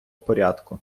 порядку